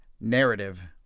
narrative